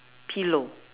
pillow